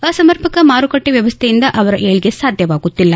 ಅಸಮರ್ಪಕ ಮಾರುಕಟ್ಟಿ ವ್ಯವಸ್ಥೆಯಿಂದ ಅವರ ಏಕ್ಷೆ ಸಾಧ್ಯವಾಗುತ್ತಿಲ್ಲ